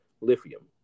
Lithium